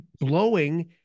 blowing